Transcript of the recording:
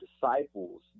disciples